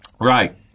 Right